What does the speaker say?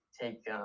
take